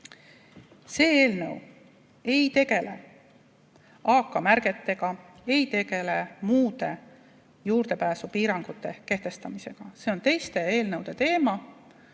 See eelnõu ei tegele AK‑märgetega, ei tegele muude juurdepääsupiirangute kehtestamisega. See on teiste eelnõude teema